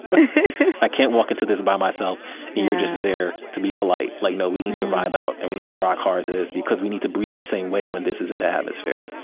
i can't walk into this by myself, and you're just there to be polite. like no, we need to vibe out, and we need to rock hard to this, because we need to breathe the same way, when this is in the atmosphere.